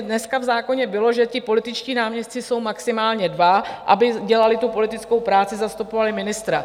Dneska v zákoně bylo, že političtí náměstci jsou maximálně dva, aby dělali politickou práci, zastupovali ministra.